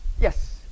Yes